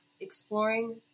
exploring